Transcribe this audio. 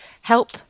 help